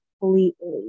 completely